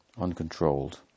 uncontrolled